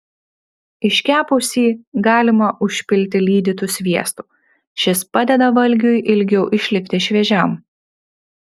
iškepusį galima užpilti lydytu sviestu šis padeda valgiui ilgiau išlikti šviežiam